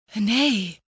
Nay